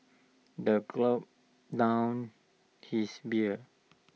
the gulped down his beer